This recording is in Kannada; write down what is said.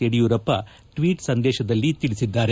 ಯಡಿಯೂರಪ್ಪ ಟ್ವೀಟ್ ಸಂದೇಶದಲ್ಲಿ ತಿಳಿಸಿದ್ದಾರೆ